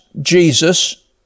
Jesus